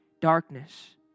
Darkness